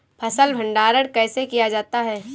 फ़सल भंडारण कैसे किया जाता है?